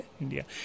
India